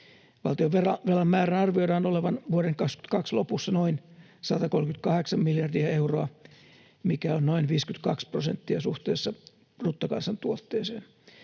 Valtionvelan määrän arvioidaan olevan vuoden 22 lopussa noin 138 miljardia euroa, mikä on noin 52 prosenttia suhteessa bruttokansantuotteeseen.